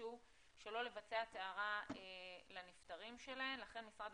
שביקשו שלא לבצע טהרה לנפטרים שלהן ולכן,